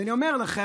ואני אומר לכם,